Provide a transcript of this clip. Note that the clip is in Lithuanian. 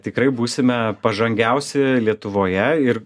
tikrai būsime pažangiausi lietuvoje ir